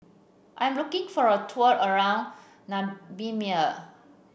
I'm looking for a tour around Namibia